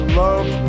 love